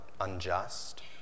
unjust